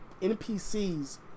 NPCs